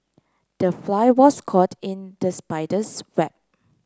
the fly was caught in the spider's web